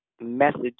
message